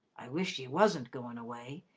i wish ye wasn't goin' away,